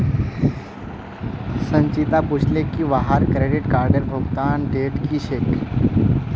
संचिता पूछले की वहार क्रेडिट कार्डेर भुगतानेर डेट की छेक